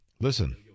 Listen